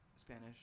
Spanish